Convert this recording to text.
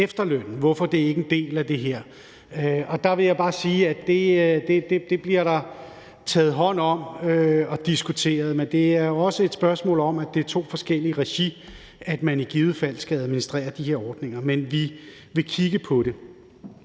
Hvorfor er den ikke en del af det her? Der vil jeg bare sige, at det bliver der taget hånd om og diskuteret. Men det er også et spørgsmål om, at det er i to forskellige regier, hvor man i givet fald skal administrere de her ordninger. Men vi vil kigge på det.